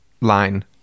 line